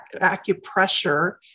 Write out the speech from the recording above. acupressure